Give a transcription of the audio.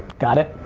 got it?